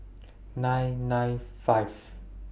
nine nine five